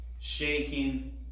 shaking